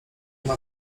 ona